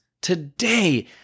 today